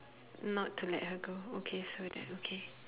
not to let her go okay so that okay